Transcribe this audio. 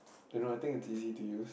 don't know I think it's easy to use